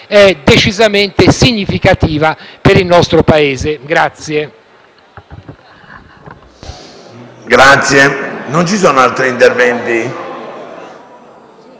decisamente significativa per il nostro Paese.